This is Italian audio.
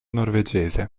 norvegese